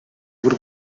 bw’u